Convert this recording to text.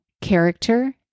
character